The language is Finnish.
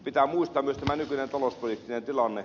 pitää muistaa myös tämä nykyinen talouspoliittinen tilanne